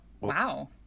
Wow